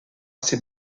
ces